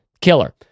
Killer